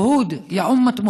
"פרהוד יא אומת מוחמד"